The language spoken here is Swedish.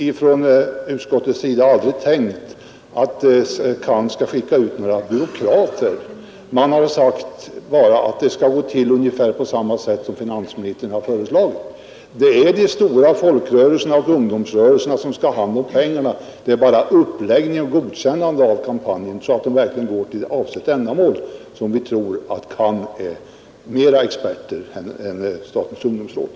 Nej, i utskottet har man aldrig tänkt att CAN skulle skicka ut några byråkrater i det sammanhanget. Man har bara sagt att verksamheten skall skötas på ungefär samma sätt som finansministern har föreslagit. Det är de stora folkrörelserna och ungdomsrörelserna som skall ha hand om pengarna. Det är bara uppläggningen och godkännandet av kampanjen som skall kontrolleras, så att pengarna verkligen går till avsett ändamål. Och där tror vi att man i CAN är större experter än man är i statens ungdomsråd.